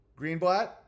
Greenblatt